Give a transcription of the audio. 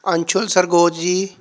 ਅਨਸ਼ੁਲ ਸਰਗੋਜ ਜੀ